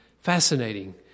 Fascinating